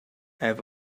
have